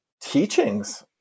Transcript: teachings